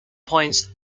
points